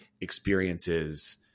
experiences